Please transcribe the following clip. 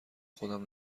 خودم